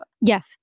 yes